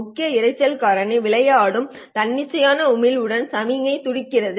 முக்கிய சத்தம் காரணி விளையாடும் தன்னிச்சையான உமிழ்வுடன் சமிக்ஞை துடிக்கிறது